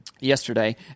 yesterday